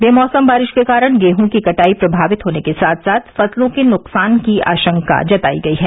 बेमौसम बारिश के कारण गेहूं की कटाई प्रभावित होने के साथ साथ फसलों के नुकसान की आशंका जतायी गयी है